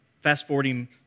fast-forwarding